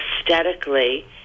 aesthetically